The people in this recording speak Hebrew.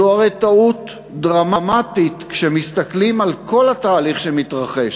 זו הרי טעות דרמטית כשמסתכלים על כל התהליך שמתרחש,